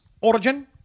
origin